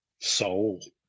soul